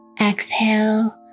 Exhale